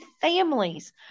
families